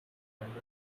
private